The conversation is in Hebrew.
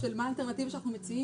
של מה האלטרנטיבה שאנחנו מציעים.